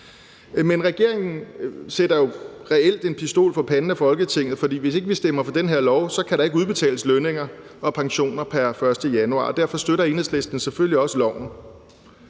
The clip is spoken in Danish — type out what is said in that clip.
Men regeringen sætter jo reelt en pistol for panden af Folketinget, for hvis ikke vi stemmer for det her lovforslag, kan der ikke udbetales lønninger og pensioner pr. 1. januar, og derfor støtter Enhedslisten selvfølgelig også